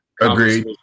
Agreed